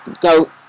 go